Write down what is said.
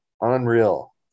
Unreal